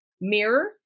mirror